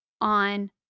on